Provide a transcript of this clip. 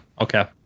Okay